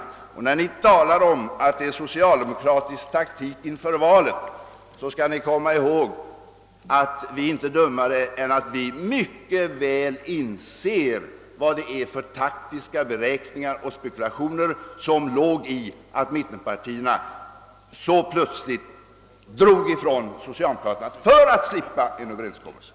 När ni talar om att vad som inträffat är ett led i en socialdemokratisk taktik inför valet skall ni komma ihåg, att vi mycket väl inser vad det var för taktiska beräkningar och spekulationer som låg bakom mittenpartiernas avståndstagande från socialdemokraternas bud för att slippa en överenskommelse.